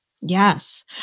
Yes